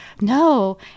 No